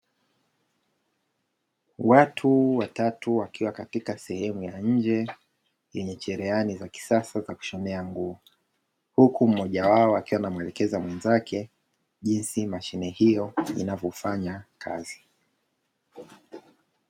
Watu watatu wakiwa katika sehemu ya nje, yenye cherehani za kisasa za kushonea nguo, huku mmoja wao akiwa anamwelekeza mwenzake jinsi mashine hiyo inavyofanya kazi.